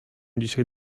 dzisiaj